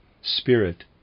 spirit